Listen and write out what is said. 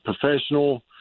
professional